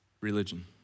religion